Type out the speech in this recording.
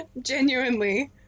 genuinely